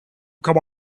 come